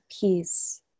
peace